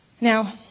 Now